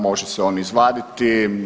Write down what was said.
Može se on izvaditi.